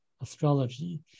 astrology